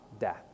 death